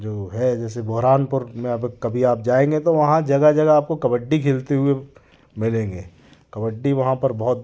जो है जैसे बुरहानपुर में अब कभी आप जाएंगे तो वहाँ जगह जगह आपको कबड्डी खेलते हुए मिलेंगे कबड्डी वहाँ पर बहुत